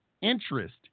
interest